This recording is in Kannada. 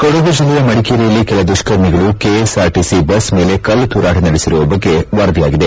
ಕೊಡಗು ಜಿಲ್ಲೆಯ ಮಡಿಕೇರಿಯಲ್ಲಿ ಕೆಲ ದುಷ್ತರ್ಮಿಗಳು ಕೆಎಸ್ ಆರ್ ಟಿಸಿ ಬಸ್ ಮೇಲೆ ಕಲ್ಲು ತೂರಾಟ ನಡೆಸಿರುವ ಬಗ್ಗೆ ವರದಿಯಾಗಿದೆ